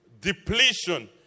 depletion